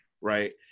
right